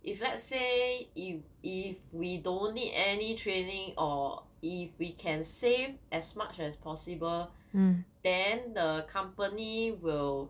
if let's say you if we don't need any training or if we can save as much as possible then the company will